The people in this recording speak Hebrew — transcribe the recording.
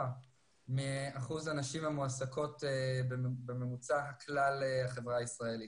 מאחוז הנשים המועסקות בממוצע כלל החברה הישראלית,